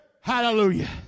Hallelujah